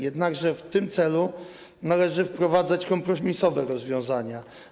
Jednakże w tym celu należy wprowadzać kompromisowe rozwiązania.